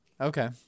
Okay